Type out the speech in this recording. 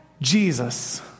Jesus